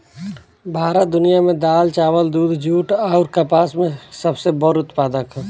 भारत दुनिया में दाल चावल दूध जूट आउर कपास के सबसे बड़ उत्पादक ह